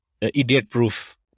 idiot-proof